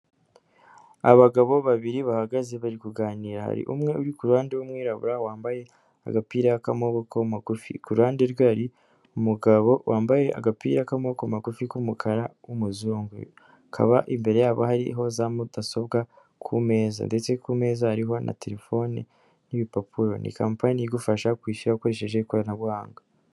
Abagabo babiri bahagaze bari kuganira, hari umwe uri kuruhande w'umwirabura wambaye agapira k'amaboko magufi, kuruhande rwe hari umugabo wambaye agapira k'amaboko magufi k'umukara w'umuzungu, hakaba imbere yabo hariho za mudasobwa ku meza ndetse ku meza harihoh na terefone n'ibipapuro, ni kampani igufasha kwishyura ukoresheje ikoranabuhanga.